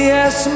Yes